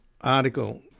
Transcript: article